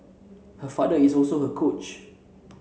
her father is also her coach